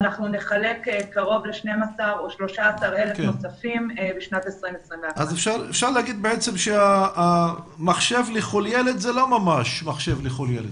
אנחנו נחלק קרוב ל-12 או 13,000 נוספים בשנתך 2021. אפשר לומר שמחשב לכל ילד זה לא ממש מחשב לכל ילד.